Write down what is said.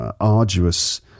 arduous